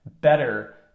better